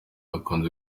cyakunze